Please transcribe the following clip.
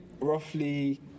roughly